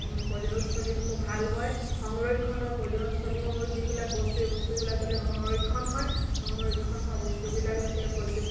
পৰ্যটনস্থলীসমূহ ভাল হয় সংৰক্ষণৰ পৰ্যটনস্থলীসমূহৰ যিবিলাক বস্তু এই বস্তুবিলাক যাতে সংৰক্ষণ হয় সংৰক্ষণ হোৱা বস্তুবিলাক যাতে পৰ্যট